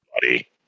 buddy